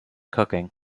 cooking